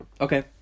Okay